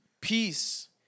peace